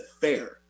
fair